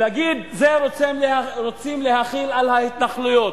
ולהגיד: זה רוצים להחיל על ההתנחלויות,